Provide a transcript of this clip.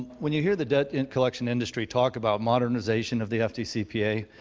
when you hear the debt and collection industry talk about modernization of the fdcpa,